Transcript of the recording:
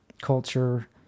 culture